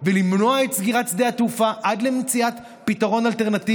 ולמנוע את סגירת שדה התעופה עד למציאת פתרון אלטרנטיבי.